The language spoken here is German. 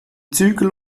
zügel